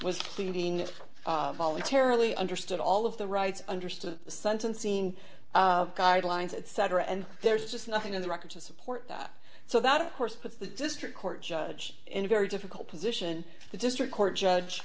was leaving voluntarily understood all of the rights understood sentencing guidelines etc and there's just nothing in the record to support that so that of course the district court judge in a very difficult position the district court judge